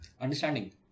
Understanding